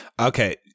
Okay